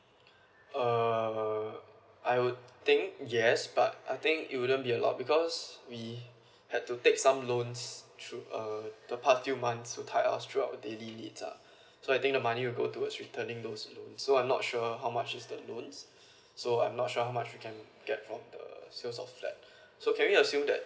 uh I would think yes but I think it wouldn't be a lot because we had to take some loans through uh the past few months to tie up through our daily needs lah so I think the money will go to returning loans so I'm not sure how much is the loans so I'm not sure how much we can get from the sale of flat so can we assume that